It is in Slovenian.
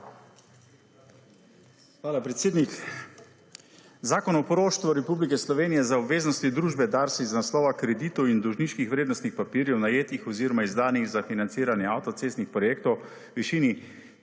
Hvala, predsednik. Zakon o poroštvu Republike Slovenije za obveznosti družbe DARS iz naslova kreditov in dolžniških vrednostnih papirjev, najetih oziroma izdanih za financiranje avtocestnih projektov v višini